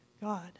God